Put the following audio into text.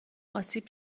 آسیب